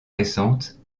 récente